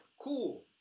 cool